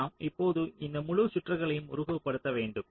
நாம் இப்போது இந்த முழு சுற்றுகளையும் உருவகப்படுத்த வேண்டும்